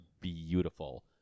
beautiful